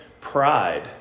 pride